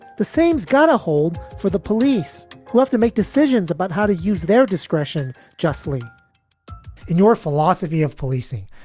the same is gonna hold for the police who have to make decisions about how to use their discretion justly in your philosophy of policing.